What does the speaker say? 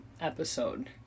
episode